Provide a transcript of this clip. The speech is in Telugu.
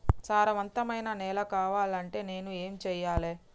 సారవంతమైన నేల కావాలంటే నేను ఏం చెయ్యాలే?